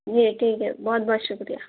جی ٹھیک ہے بہت بہت شکریہ